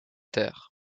terres